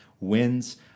wins